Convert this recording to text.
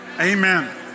Amen